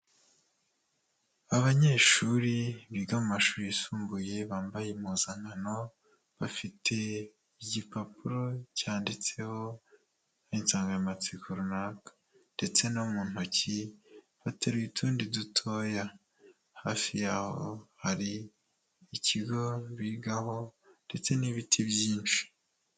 Abanyeshuri biga mu mashuri yisumbuye bambaye impuzankano, bafite igipapuro cyanditseho insanganyamatsiko runaka ndetse no mu ntoki baterura utundi dutoya, hafi y'aho hari ikigo bigaho ndetse n'ibiti byinshi.